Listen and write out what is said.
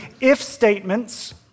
if-statements